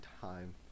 time